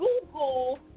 Google